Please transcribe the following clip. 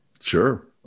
Sure